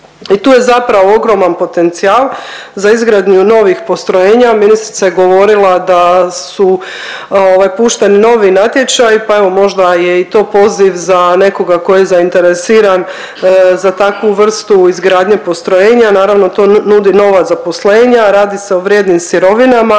I tu je zapravo ogroman potencijal za izgradnju novih postrojenja. Ministrica je govorila da su pušteni novi natječaji, pa evo možda je i to poziv za nekoga tko je zainteresiran za takvu vrstu izgradnje postrojenja. Naravno to nudi nova zaposlenja. Radi se o vrijednim sirovinama,